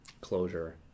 closure